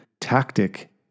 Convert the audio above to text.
tactic